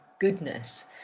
goodness